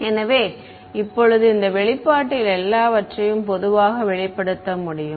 எனவே இப்போது இந்த வெளிப்பாட்டில் எல்லாவற்றையும் பொதுவாக வெளிப்படுத்த முடியும்